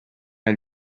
nel